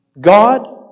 God